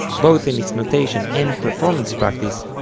both in its notation and performance practice,